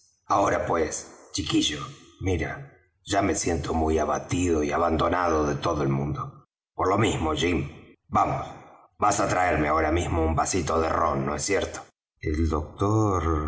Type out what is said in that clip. ahora pues chiquillo mira yo me siento muy abatido y abandonado de todo el mundo por lo mismo jim vamos vas á traerme ahora mismo un vasillo de rom no es verdad el doctor